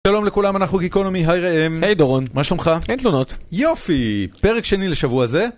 שלום לכולם, אנחנו Geekonomy, היי ראם. היי דורון, מה שלומך? אין תלונות. יופי, פרק שני לשבוע זה.